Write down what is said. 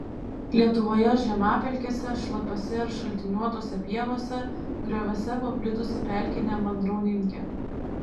lietuvoje žemapelkėse šlapiose ir šaltiniuotose pievose grioviuose paplitusi pelkinė mandrauninkė